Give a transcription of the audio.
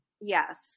yes